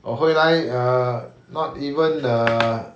我回来 uh not even err